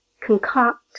concoct